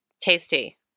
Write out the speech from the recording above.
Tasty